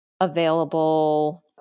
available